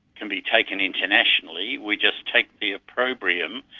can be taken internationally we just take the opprobrium,